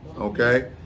Okay